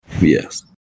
Yes